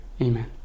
Amen